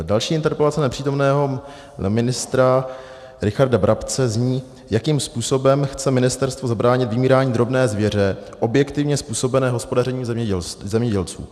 Další interpelace nepřítomného ministra Richarda Brabce zní: Jakým způsobem chce ministerstvo zabránit vymírání drobné zvěře objektivně způsobené hospodařením zemědělců?